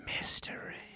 Mystery